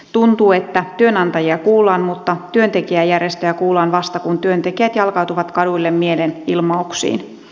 tuntuu että työnantajia kuullaan mutta työntekijäjärjestöjä kuullaan vasta kun työntekijät jalkautuvat kaduille mielenilmauksiin